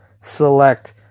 select